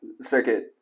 circuit